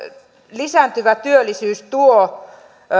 lisääntyvä työllisyys tuo